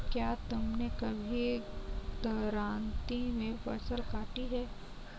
क्या तुमने कभी दरांती से फसल काटी है?